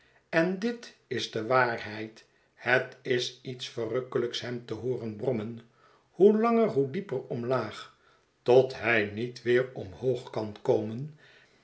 en dit is de waarheid het is iets verrukkelijks hem te hooren brommen hoe langer hoe dieper omlaag tot hij niet weer omhoog kan komen